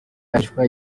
ahanishwa